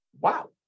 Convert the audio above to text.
Wow